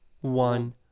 one